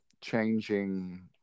changing